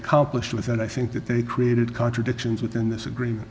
accomplished with it i think that they created contradictions within this agreement